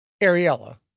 Ariella